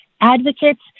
advocates